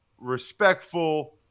respectful